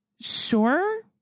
sure